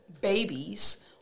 babies